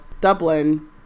Dublin